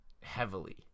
heavily